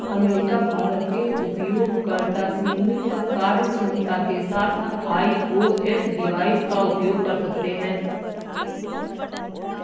America, Bharat के उपयोगकर्ता सीमित कार्यक्षमता के साथ आई.ओ.एस डिवाइस का उपयोग कर सकते हैं